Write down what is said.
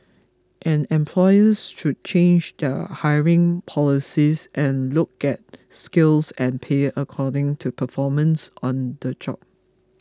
and employers should change their hiring policies and look at skills and pay according to performance on the job